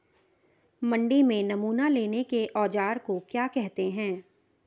मंडी में नमूना लेने के औज़ार को क्या कहते हैं?